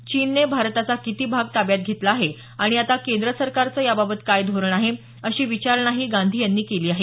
चीनने भारताचा किती भाग ताब्यात घेतला आहे आणि आता केंद्र सरकारचं याबाबत काय धोरण आहे अशी विचारणाही गांधी यांनी केली आहे